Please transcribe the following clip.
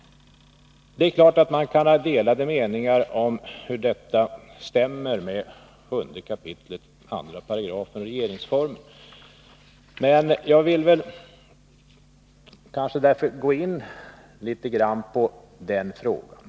Det är klart att man kan ha delade meningar om hur detta stämmer med 7 kap. 2 § regeringsformen. Jag skall gå in litet grand på den frågan.